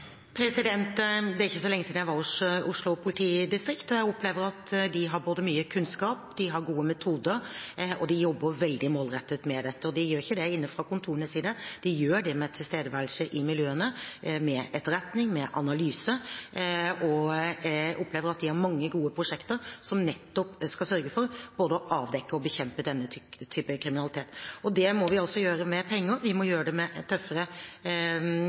Det er ikke så lenge siden jeg var hos Oslo politidistrikt. Jeg opplever at de har både mye kunnskap og gode metoder, og de jobber veldig målrettet med dette. De gjør ikke det inne fra kontorene sine. De gjør det med tilstedeværelse i miljøene, med etterretning, med analyse, og jeg opplever at de har mange gode prosjekter som nettopp skal sørge for å avdekke og bekjempe denne typen kriminalitet. Det må vi gjøre med penger. Vi må gjøre det med tøffere